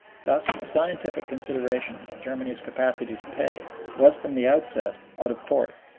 thus a scientific consideration of germany's capacity to pay was from the outset out of court.